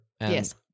Yes